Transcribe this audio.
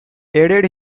added